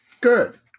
Good